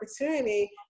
opportunity